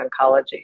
oncology